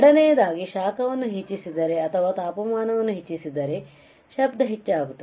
ಎರಡನೆಯದಾಗಿ ಶಾಖವನ್ನು ಹೆಚ್ಚಿಸಿದರೆ ಅಥವಾ ತಾಪಮಾನವನ್ನು ಹೆಚ್ಚಿಸಿದರೆ ಶಬ್ದ ಹೆಚ್ಚಾಗುತ್ತದೆ